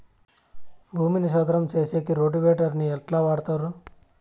భూమిని చదరం సేసేకి రోటివేటర్ ని ఎట్లా వాడుతారు?